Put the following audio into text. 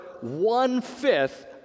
one-fifth